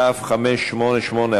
כ/588,